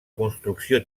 construcció